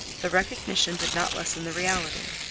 the recognition did not lessen the reality,